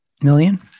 million